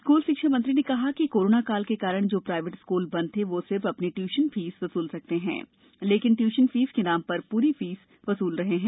school शिक्षा मंत्री ने कहा कि कोरोना काल के कारण जो प्राईवेट स्कूल बंद थे वो सिर्फ अपनी ट्व्रशन फीस वसूल सकते है लेकिन ट्व्रशन फीस के नाम पर पूरी फीस वसूल रहे हैं